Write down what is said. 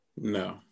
no